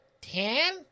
Ten